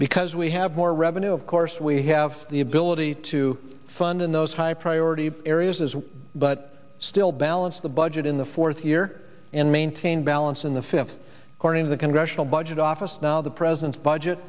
because we have more revenue of course we have the ability to fund in those high priority areas but still balance the budget in the fourth year and maintain balance in the fifth corner of the congressional budget office now the president's budget